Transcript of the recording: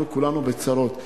אנחנו כולנו בצרות.